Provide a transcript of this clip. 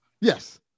Yes